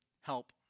help